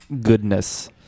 goodness